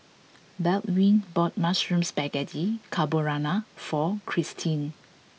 Baldwin bought Mushroom Spaghetti Carbonara for Christie